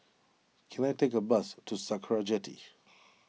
can I take a bus to Sakra Jetty